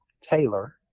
Taylor